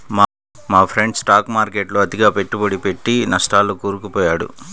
మా friend stock మార్కెట్టులో అతిగా పెట్టుబడి పెట్టి నట్టాల్లో కూరుకుపొయ్యాడు